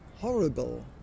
horrible